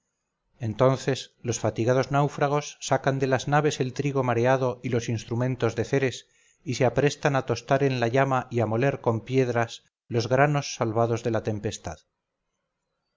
entonces los fatigados náufragos sacan de las naves el trigo mareado y los instrumentos de ceres y se aprestan a tostar en la llama y a moler con piedras los granos salvados de la tempestad